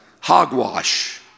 hogwash